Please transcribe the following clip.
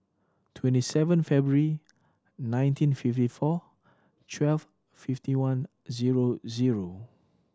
twenty seven February nineteen fifty four twelve fifty one zero zero